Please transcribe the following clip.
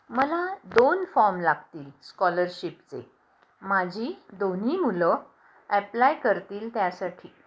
मला दोन फॉम लागतील स्कॉलरशिपचे माझी दोन्ही मुलं ॲप्लाय करतील त्यासाठी